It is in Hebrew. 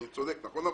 אני צודק, נכון?